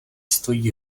stojí